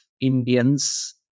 Indians